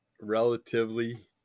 relatively